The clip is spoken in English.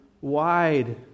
wide